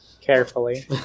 carefully